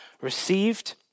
received